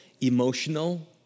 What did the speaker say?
emotional